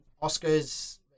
Oscar's